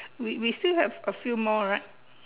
we we still have a few more right